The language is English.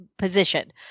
position